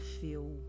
feel